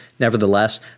Nevertheless